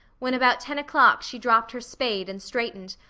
when about ten o'clock she dropped her spade and straightened,